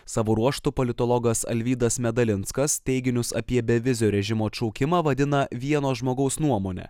savo ruožtu politologas alvydas medalinskas teiginius apie bevizio režimo atšaukimą vadina vieno žmogaus nuomone